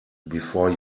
before